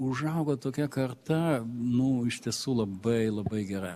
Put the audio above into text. užaugo tokia karta nu iš tiesų labai labai gera